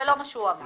זה לא מה שהוא אמר.